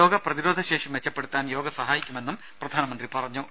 രോഗപ്രതിരോധശേഷി മെച്ചപ്പെടുത്താൻ യോഗ സഹായിക്കുമെന്നും പ്രധാനമന്ത്രി സന്ദേശത്തിൽ പറഞ്ഞു